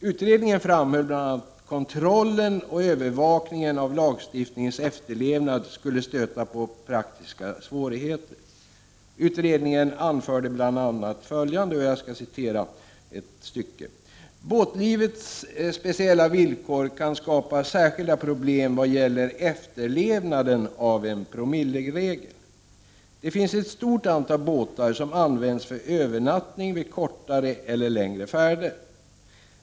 Utredningen framhöll bl.a. att kontrollen och övervakningen av lagstiftningens efterlevnad skulle stöta på praktiska svårigheter. Utredningen anförde bl.a. följande: ”Båtlivets speciella villkor kan skapa särskilda problem vad gäller efterlevnaden av en promilleregel. Det finns ett stort antal båtar som används för övernattning vid kortare eller längre färder.